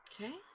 Okay